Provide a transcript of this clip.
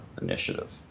Initiative